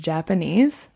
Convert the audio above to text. Japanese